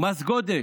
מס גודש.